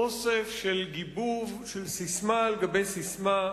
אוסף של גיבוב, של ססמה על גבי ססמה,